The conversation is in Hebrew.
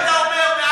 כן, חד-משמעית.